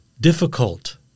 difficult